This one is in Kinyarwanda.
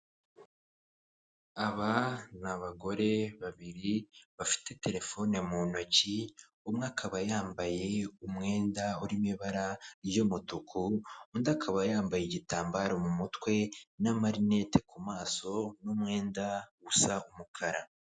Aba ni abagore babiri, bafite telefone mu ntoki, umwe akaba yambaye umwenda urimo ibara ry'umutuku, undi akaba yambaye igitambaro mu mutwe, n'amarinete ku maso, n'uwenda usa umukara.